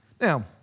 Now